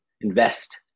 invest